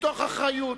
מתוך אחריות,